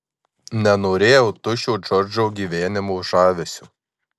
nenorėjau tuščio džordžo gyvenimo žavesio